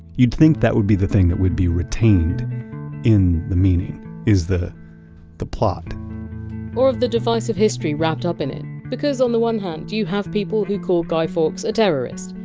you'd think that would be the thing that would be retained in the meaning is the the plot or the divisive history wrapped up in it. because on the one hand, you have people who call guy fawkes a terrorist,